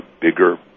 bigger